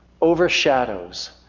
overshadows